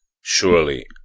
surely